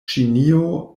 ĉinio